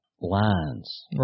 lines